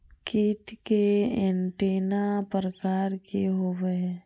कीट के एंटीना प्रकार कि होवय हैय?